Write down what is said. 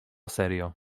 serio